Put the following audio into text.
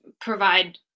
provide